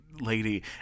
lady